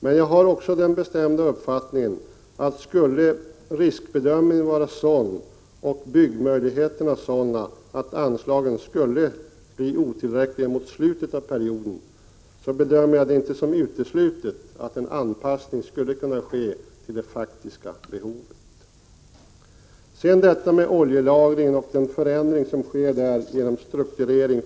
Men jag har också den bestämda uppfattningen att om riskbedömningen och byggmöjligheterna skulle vara sådana att anslagen skulle bli otillräckliga mot slutet av perioden är det inte uteslutet att en anpassning skulle kunna ske till det faktiska behovet. Sedan till oljelagringen och den förändring som sker av struktureringen.